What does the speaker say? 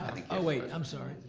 i mean oh wait, i'm sorry.